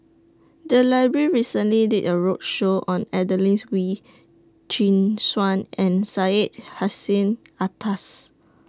The Library recently did A roadshow on Adelene's Wee Chin Suan and Syed Hussein Alatas